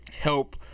help